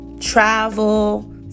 travel